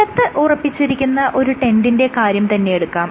നിലത്ത് ഉറപ്പിച്ചിരിക്കുന്ന ഈ ടെന്റിന്റെ കാര്യം തന്നെ എടുക്കാം